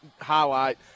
highlight